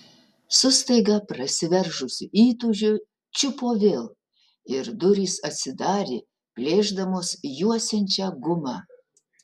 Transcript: su staiga prasiveržusiu įtūžiu čiupo vėl ir durys atsidarė plėšdamos juosiančią gumą